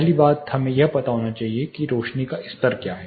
पहली बात हमें यह पता होना चाहिए कि यह रोशनी का स्तर है